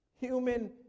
Human